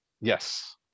Yes